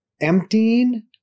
Emptying